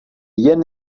jen